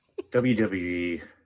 WWE